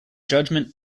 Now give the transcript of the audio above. judgment